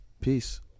Peace